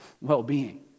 well-being